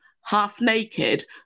half-naked